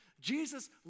Jesus